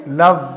love